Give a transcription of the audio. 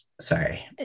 sorry